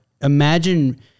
imagine